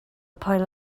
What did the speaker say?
pile